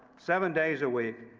seven days a week,